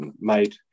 made